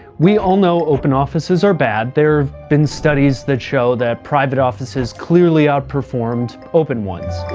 we all know open offices are bad. there've been studies that show that private offices clearly outperformed open ones.